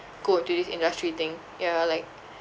go to this industry thing ya like